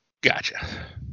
Gotcha